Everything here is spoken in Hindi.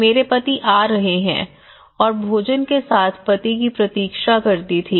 मेरे पति आ रहे हैं और भोजन के साथ पति की प्रतीक्षा करती थी